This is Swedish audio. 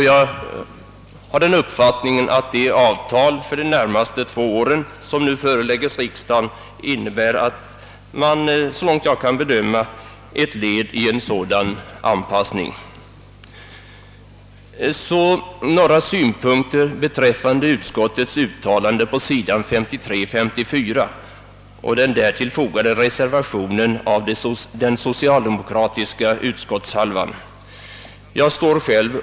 Jag har den uppfattningen att det avtal för de närmaste två åren, varom förslag nu förelagts riksdagen, är ett led i en sådan anpassning. Så några synpunkter beträffande utskottets uttalande på sidorna 53—54 och den på denna punkt av de socialdemokratiska utskottsledamöterna till utlåtandet fogade reservationen.